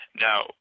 Now